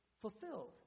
fulfilled